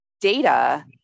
data